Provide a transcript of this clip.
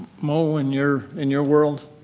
moe, in your in your world?